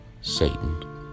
Satan